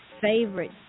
favorite